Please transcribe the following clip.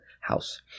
house